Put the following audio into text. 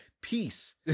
peace